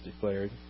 declared